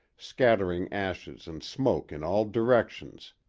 scattering ashes and smoke in all directions,